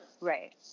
Right